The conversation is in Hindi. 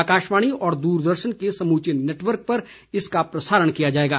आकाशवाणी और दूरदर्शन के समूचे नेटवर्क पर इसका प्रसारण किया जाएगा